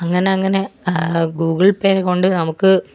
അങ്ങനങ്ങനെ ഗൂഗിൾ പേനെ കൊണ്ട് നമുക്ക്